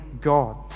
God